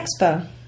expo